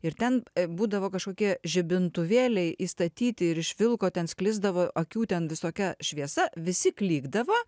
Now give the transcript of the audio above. ir ten būdavo kažkokie žibintuvėliai įstatyti ir iš vilko ten sklisdavo akių ten visokia šviesa visi klykdavo